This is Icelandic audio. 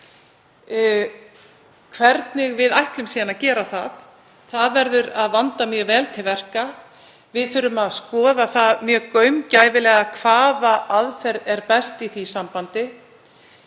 Hvernig við ætlum síðan að gera það — það verður að vanda mjög vel til verka. Við þurfum að skoða það mjög gaumgæfilega hvaða aðferð er best í því sambandi.